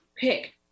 Pick